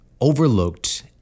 overlooked